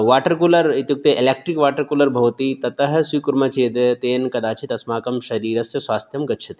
water cooler इत्युक्ते electric water cooler भवति ततः स्वीकुर्मः चेद् तेन कदाचित् अस्माकं शरीरस्य स्वास्थ्यं गच्छति